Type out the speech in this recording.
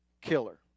killer